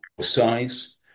size